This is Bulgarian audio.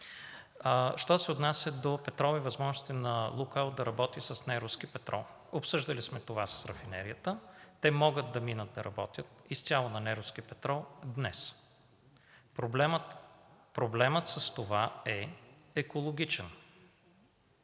Що се отнася до петрола и възможностите на „Лукойл“ да работи с неруски петрол, обсъждали сме това с рафинерията. Те могат да минат да работят изцяло на неруски петрол днес. Проблемът с това е екологичен.